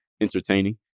entertaining